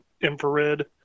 infrared